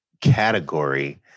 category